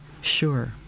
sure